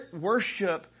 worship